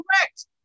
Correct